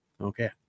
Okay